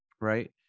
Right